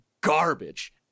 garbage